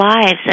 lives